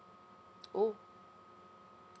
oh